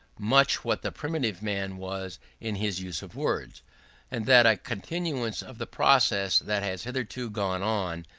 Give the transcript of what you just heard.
much what the primitive man was in his use of words and that a continuance of the process that has hitherto gone on,